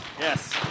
Yes